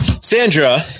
Sandra